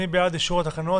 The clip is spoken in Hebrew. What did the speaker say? מי בעד אישור התקנות?